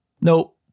no